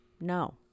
no